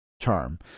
charm